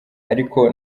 ariko